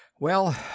Well